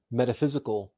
metaphysical